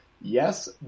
Yes